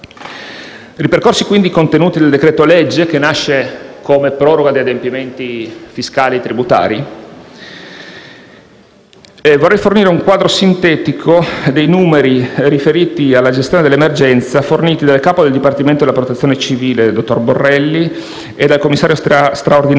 percorsi contenuti nel decreto-legge, che nasce come proroga di adempimenti fiscali e tributari. Vorrei fornire un quadro sintetico dei numeri riferiti alla gestione dell'emergenza forniti dal capo del Dipartimento della Protezione civile, dottor Borrelli, e dal commissario straordinario